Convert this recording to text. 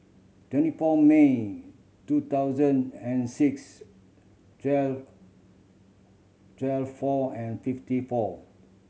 twenty four May two thousand and six twelve twelve four and fifty four